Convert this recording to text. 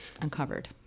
uncovered